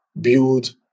build